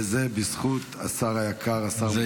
וזה בזכות השר היקר השר משה ארבל, שתמך והוביל.